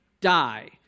die